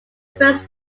first